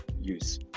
use